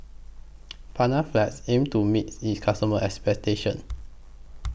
Panaflex aims to meet its customers' expectations